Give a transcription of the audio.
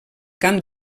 camp